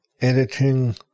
editing